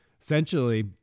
essentially